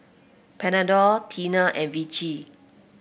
Panadol Tena and Vichy